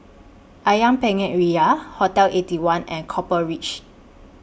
Ayam Penyet Ria Hotel Eighty One and Copper Ridge